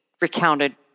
recounted